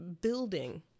building